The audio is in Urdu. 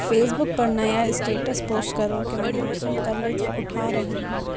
فیسبک پر نیا اسٹیٹس پوسٹ کرو کہ میں موسم کا لطف اٹھا رہی ہوں